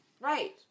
Right